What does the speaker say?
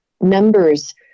numbers